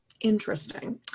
interesting